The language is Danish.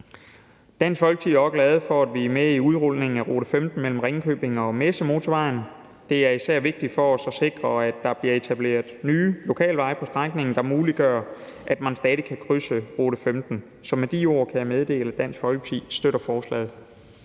Dansk Folkeparti er også glade for, at vi er med i udrulningen af rute 15 mellem Ringkøbing og Messemotorvejen. Det er især vigtigt for os at sikre, at der bliver etableret nye lokalveje på strækningen, der muliggør, at man stadig kan krydse rute 15. Med de ord kan jeg meddele, at Dansk Folkeparti støtter forslaget.